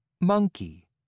monkey